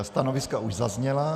Stanoviska už zazněla.